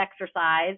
exercise